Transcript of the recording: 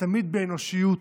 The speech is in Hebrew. ותמיד באנושיות,